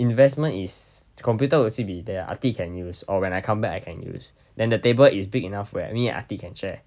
investment is computer will still be there ah ti can use or when I come back and use then the table is big enough where me and ah ti can share